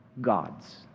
God's